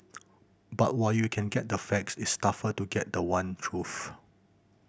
but while you can get the facts it's tougher to get the one truth